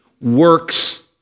works